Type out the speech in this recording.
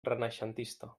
renaixentista